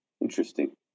interesting